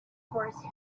horse